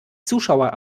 zuschauer